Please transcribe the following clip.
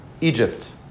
Egypt